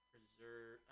Preserve